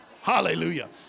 Hallelujah